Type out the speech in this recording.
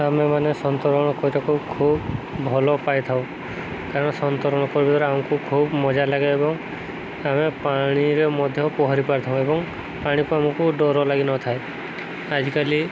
ଆମେମାନେ ସନ୍ତରଣ କରିବାକୁ ଖୁବ୍ ଭଲ ପାଇଥାଉ କାରଣ ସନ୍ତରଣ କରିବା ଦ୍ୱାରା ଆମକୁ ଖୁବ୍ ମଜା ଲାଗେ ଏବଂ ଆମେ ପାଣିରେ ମଧ୍ୟ ପହଁରି ପାରିଥାଉ ଏବଂ ପାଣିକୁ ଆମକୁ ଡ଼ର ଲାଗିନଥାଏ ଆଜିକାଲି